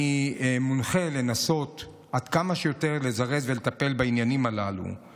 אני מונחה לנסות עד כמה שיותר לזרז את העניינים הללו ולטפל בהם.